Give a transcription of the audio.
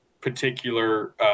particular